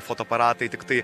fotoaparatai tiktai